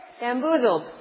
bamboozled